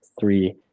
three